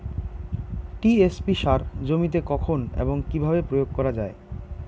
TSP সার জমিতে কখন এবং কিভাবে প্রয়োগ করা য়ায়?